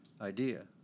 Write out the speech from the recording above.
idea